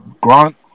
grant